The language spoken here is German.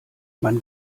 man